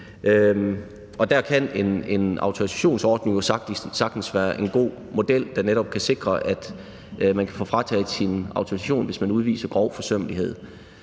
Der kan en autorisationsordning jo sagtens være en god model, der netop kan sikre, at man kan få frataget sin autorisation, hvis man udviser grov forsømmelighed.